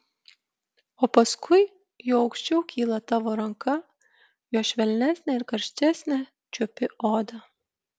o paskui juo aukščiau kyla tavo ranka juo švelnesnę ir karštesnę čiuopi odą